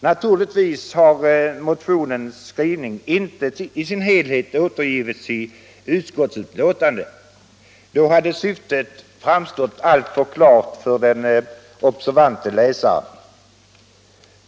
Naturligtvis har motionens skrivning inte i sin helhet återgivits i utskottets betänkande; då hade syftet framstått alltför klart för den observante läsaren.